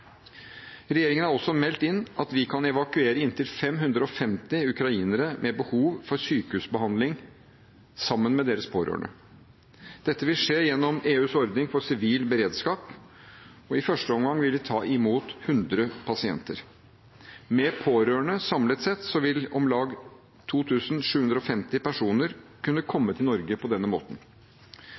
Regjeringen har også meldt inn at vi kan evakuere inntil 550 ukrainere med behov for sykehusbehandling, sammen med deres pårørende. Dette vil skje gjennom EUs ordning for sivil beredskap, og i første omgang vil vi ta imot 100 pasienter. Med pårørende vil samlet sett om lag 2 750 personer kunne komme til Norge på denne måten.